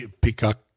Peacock